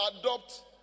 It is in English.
adopt